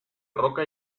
roca